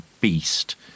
beast